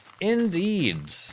Indeed